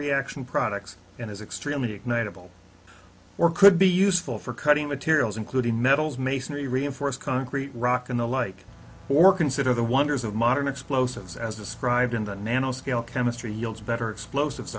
reaction products and is extremely ignite it will work could be useful for cutting materials including metals masonry reinforced concrete rock and the like or consider the wonders of modern explosives as described in the nano scale chemistry yields better explosives